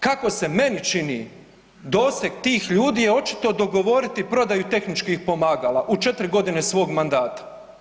Kako se meni čini, doseg tih ljudi je očito dogovoriti prodaju tehničkih pomagala u 4 g. svog mandata.